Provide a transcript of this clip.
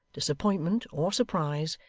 disappointment, or surprise,